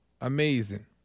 amazing